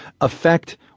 affect